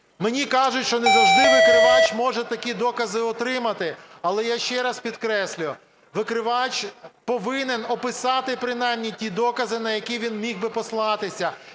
Мені кажуть, що не завжди викривач може такі докази отримати. Але я ще раз підкреслюю: викривач повинен описати принаймні ті докази, на які він міг би послатись.